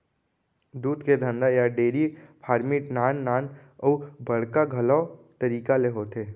दूद के धंधा या डेरी फार्मिट नान नान अउ बड़का घलौ तरीका ले होथे